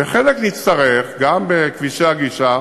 ובחלק נצטרך, גם בכבישי הגישה,